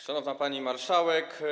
Szanowna Pani Marszałek!